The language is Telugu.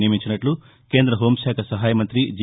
నియమించినట్లు కేంద హోంశాఖ సహాయ మంతి జి